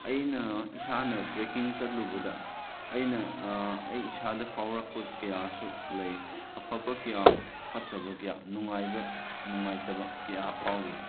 ꯑꯩꯅ ꯏꯁꯥꯅ ꯇ꯭ꯔꯦꯛꯀꯤꯡ ꯆꯠꯂꯨꯕꯗ ꯑꯩꯅ ꯑꯩ ꯏꯁꯥꯗ ꯐꯥꯎꯔꯛꯄ ꯀꯌꯥꯁꯨ ꯂꯩ ꯑꯐꯕ ꯀꯌꯥ ꯐꯠꯇꯕ ꯀꯌꯥ ꯅꯨꯡꯉꯥꯏꯕ ꯅꯨꯡꯉꯥꯏꯇꯕ ꯀꯌꯥ ꯐꯥꯎꯏ